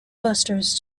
busters